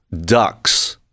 ducks